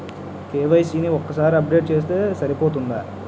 KYC ని ఒక్కసారి update చేస్తే సరిపోతుందా?